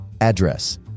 Address